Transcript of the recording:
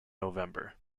november